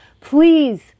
Please